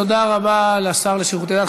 תודה רבה לשר לשירותי דת.